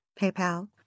PayPal